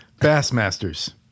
Bassmasters